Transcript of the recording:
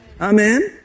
Amen